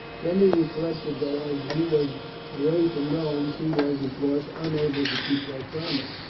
then he reflected that as he was away from rome, she was, of course, unable to keep that promise.